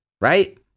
right